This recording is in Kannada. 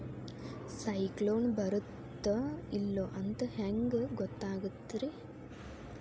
ಸೈಕ್ಲೋನ ಬರುತ್ತ ಇಲ್ಲೋ ಅಂತ ಹೆಂಗ್ ಗೊತ್ತಾಗುತ್ತ ರೇ?